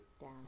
down